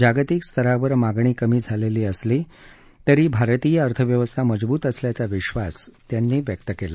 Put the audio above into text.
जागतिक स्तरावर मागणी कमी झाली असली तरी भारतीय अर्थव्यवस्था मजबूत असल्याचा विश्वास त्यांनी व्यक्त केला